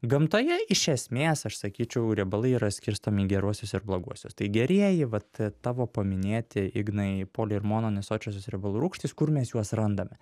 gamtoje iš esmės aš sakyčiau riebalai yra skirstomi į geruosius ir bloguosius tai gerieji vat tavo paminėti ignai poli ir mono nesočiosios riebalų rūgštys kur mes juos randame